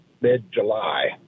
mid-July